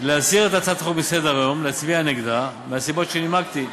להסיר את הצעת החוק מסדר-היום ולהצביע נגדה מהסיבות שנימקתי.